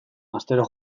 astero